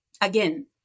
again